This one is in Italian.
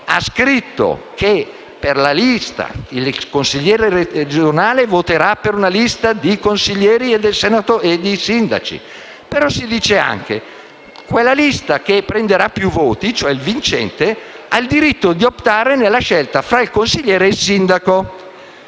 ha scritto che il consigliere regionale voterà per una lista di consiglieri e di sindaci. Ma si dice anche che la lista che prenderà più voti, cioè il vincente, ha il diritto di optare nella scelta tra consigliere e sindaco.